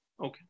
Okay